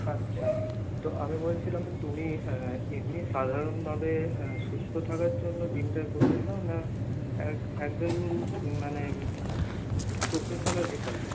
আচ্ছা তো আমি বলছিলাম তুমি এমনি সাধারণভাবে সুস্থ থাকার জন্য জিমটা করতে চাও না এক একজন মানে প্রফেশনাল হিসাবে